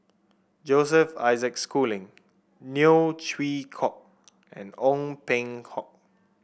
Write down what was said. Joseph Isaac Schooling Neo Chwee Kok and Ong Peng Hock